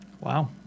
Wow